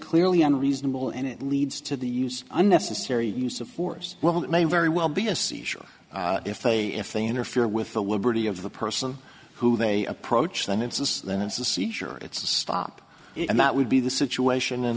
clearly unreasonable and it leads to the use unnecessary use of force well that may very well be a seizure if they if they interfere with the liberty of the person who they approach then it's then it's a seizure it's to stop it and that would be the situation in